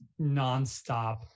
nonstop